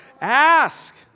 Ask